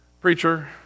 Preacher